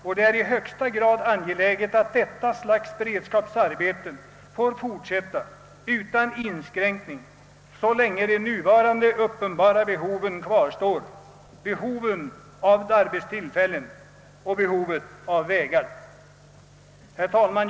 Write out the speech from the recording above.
Och det är i högsta grad angeläget att detta slags beredskapsarbeten får fortsätta utan inskränkning så länge de nuvarande uppenbara behoven kvarstår — behovet av arbetstillfällen och behovet av vägar. Herr talman!